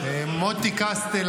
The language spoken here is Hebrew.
מוטי קסטל,